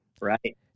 Right